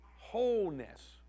wholeness